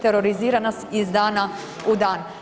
Terorizira nas iz dana u dan.